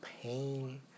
pain